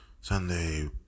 Sunday